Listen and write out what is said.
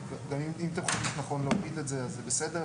אם תחליטו שנכון להוריד את זה זה בסדר.